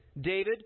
David